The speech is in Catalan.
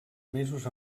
mesos